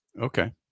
Okay